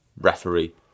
referee